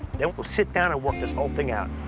then we'll we'll sit down and work this whole thing out.